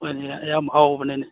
ꯍꯣꯏꯅꯦ ꯌꯥꯝ ꯍꯥꯎꯕꯅꯤꯅꯦ